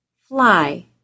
fly